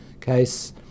case